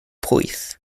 pwyth